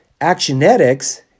Actionetics